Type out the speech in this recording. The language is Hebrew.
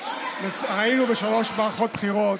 היינו בשלוש מערכות בחירות,